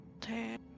Ten